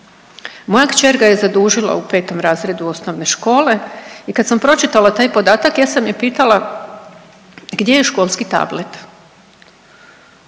Moja kćer ga je zadužila u 5. razredu osnovne škole i kad sam pročitala taj podatak ja sam je pitala gdje je školski tablet.